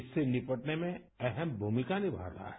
इससे निपटने में अहम भूमिका निमाता है